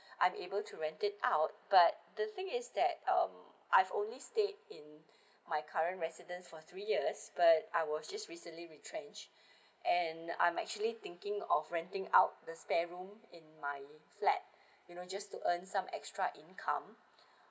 I'm able to rent it out but the thing is that um I've only stayed in my current residents for three years but I was just recently retrench and I'm actually thinking of renting out the spare room in my flat you know just to earn some extra income